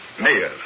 Mayor